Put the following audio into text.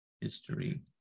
history